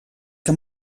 que